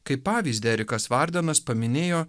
kaip pavyzdį erikas vardenas paminėjo